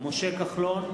משה כחלון,